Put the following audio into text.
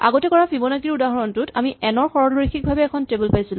আগতে কৰা ফিবনাকি ৰ উদাহৰণটোত আমি এন ৰ সৰলৰৈখিকভাৱে এখন টেবল পাইছিলো